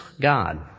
God